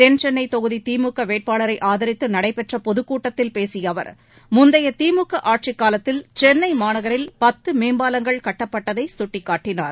தென்சென்ன தொகுதி திமுக வேட்பாளரை ஆதித்து நடைபெற்ற பொதுக்கூட்டத்தில் பேசிய அவர் முந்தைய திமுக ஆட்சிக்காலத்தில் சென்னை மாநகரில் பத்து மேம்பாலங்கள் கட்டப்பட்டதை சுட்டிக்காட்டினார்